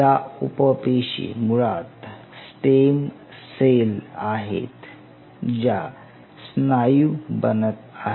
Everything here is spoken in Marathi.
या उप पेशी मुळात स्टेम सेल आहेत ज्या स्नायू बनत आहेत